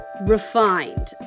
refined